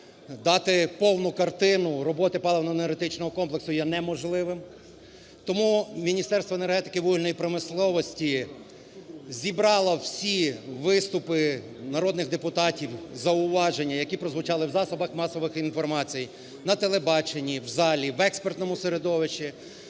дати повну картину роботи паливно-енергетичного комплексу є неможливим. Тому Міністерство енергетики і вугільної промисловості зібрало всі виступи народних депутатів, зауваження, які прозвучали в засобах масової інформації, на телебаченні, в залі, в експертного середовище